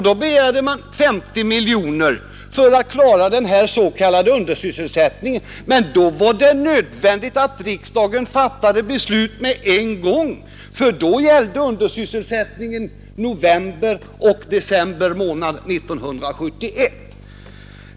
Då begärde man 50 miljoner kronor för att klara den s.k. undersysselsättningen, men då var det nödvändigt att riksdagen fattade beslut med en gång, för då gällde undersysselsättningen november och december månader 1971.